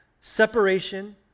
separation